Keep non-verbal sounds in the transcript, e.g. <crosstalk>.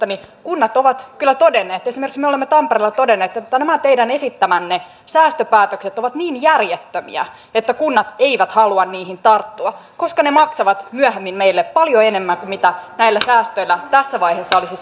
<unintelligible> niin kunnat ovat kyllä todenneet esimerkiksi me olemme tampereella todenneet että nämä teidän esittämänne säästöpäätökset ovat niin järjettömiä että kunnat eivät halua niihin tarttua koska ne maksavat myöhemmin meille paljon enemmän kuin mitä näillä säästöillä tässä vaiheessa olisi <unintelligible>